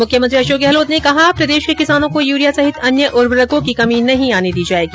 मुख्यमंत्री अशोक गहलोत ने कहा प्रदेश के किसानों को यूरिया सहित अन्य उर्वरकों की कमी नहीं आने दी जायेगी